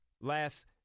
Last